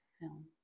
film